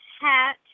hat